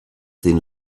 dins